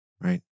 Right